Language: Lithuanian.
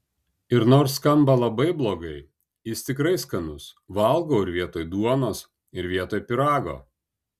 ir nors skamba labai blogai jis tikrai skanus valgau ir vietoj duonos ir vietoj pyrago